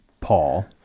Paul